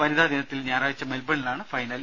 വനിതാ ദിനത്തിൽ ഞായറാഴ്ച മെൽബണിലാണ് ഫൈനൽ